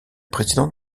président